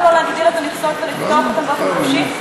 למה לא להגדיל את המכסות ולפתוח אותן באופן חופשי?